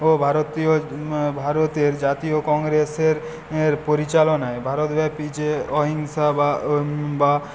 তো ভারতীয় ভারতের জাতীয় কংগ্রেসের এর পরিচালনায় ভারতব্যাপী যে অহিংসা বা বা